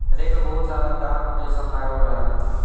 rake में बहुत सारा दांत जइसन लागल रहेला